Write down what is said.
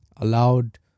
allowed